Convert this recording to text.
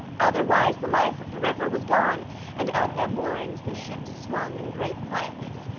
otherwise the life of the river was gone and at their moorings the ships swung in great quietness,